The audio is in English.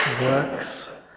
works